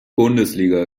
bundesliga